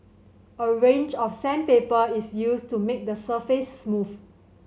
a range of sandpaper is used to make the surface smooth